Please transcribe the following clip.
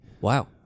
Wow